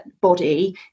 body